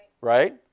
Right